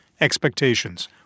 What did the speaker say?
expectations